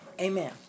Amen